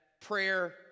prayer